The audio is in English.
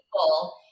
people